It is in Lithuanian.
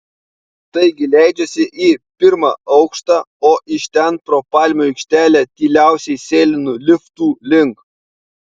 taigi leidžiuosi į pirmą aukštą o iš ten pro palmių aikštelę tyliausiai sėlinu liftų link